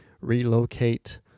relocate